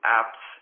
apps